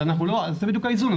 אז זה בדיוק האיזון.